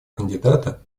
кандидата